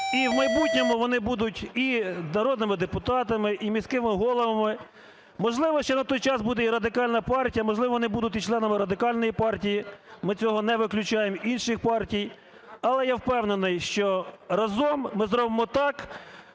І в майбутньому вони будуть і народними депутатами, і міськими головами. Можливо, ще на той час буде і Радикальна партія, можливо, вони будуть і членами Радикальної партії, ми цього не виключаємо, інших партій, але я впевнений, що разом ми зробимо так,